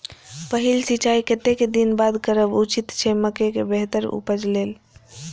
पहिल सिंचाई कतेक दिन बाद करब उचित छे मके के बेहतर उपज लेल?